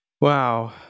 Wow